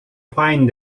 fine